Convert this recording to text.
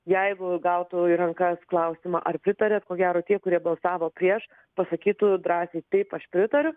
jeigu gautų į rankas klausimą ar pritariat ko gero tie kurie balsavo prieš pasakytų drąsiai taip aš pritariu